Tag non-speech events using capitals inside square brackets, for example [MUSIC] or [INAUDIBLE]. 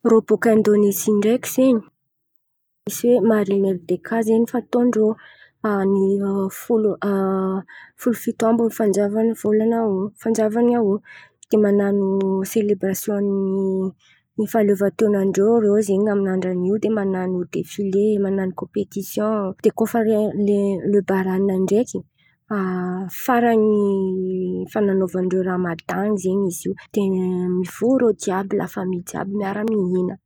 Irô bôkà indonezy ndraiky zen̈y misy marineldekà zen̈y fataon-drô amin'ny folo [HESITATION] folo fito amby ny fanjavan'ny volana Ao fanjavan'ny Ao. Dia man̈ano ny selebrasion ny fahaleovanten̈an-drô irô zen̈y amin'ny andran'io dia man̈ano defile, man̈ano kômpetision dia kôa efa le lebaranina ndraiky [HESITATION] faran'ny fan̈anaovan-drô ramadany zen̈y izy io dia mivory irô jiàby lafamy jiàby miara-mihinà.